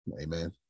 Amen